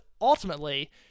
ultimately